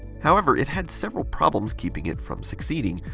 however, it had several problems keeping it from succeeding.